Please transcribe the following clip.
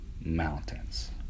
mountains